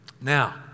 Now